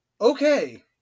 Okay